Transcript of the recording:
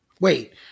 Wait